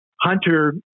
Hunter